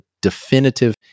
definitive